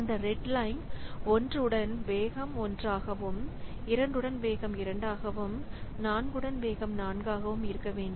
இந்த ரெட்லைன் 1 உடன் வேகம் 1 ஆகவும் 2 உடன் வேகம் 2 ஆகவும் 4 உடன் வேகம் 4 ஆகவும் இருக்க வேண்டும்